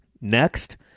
Next